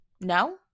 No